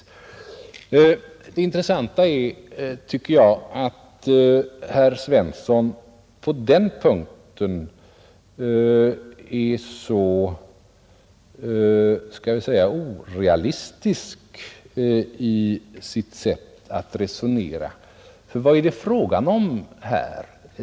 Det intressanta är, tycker jag, att herr Svensson på den punkten är så, skall vi säga, orealistisk i sitt sätt att resonera. Vad är det då fråga om här?